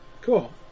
cool